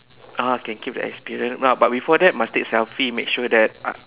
(uh huh) can keep the experience but before that must take selfie make sure that uh